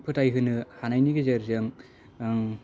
फोथायहोनो हानायनि गेजेरजों आं